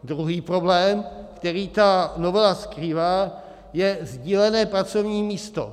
Druhý problém, který ta novela skrývá, je sdílené pracovní místo.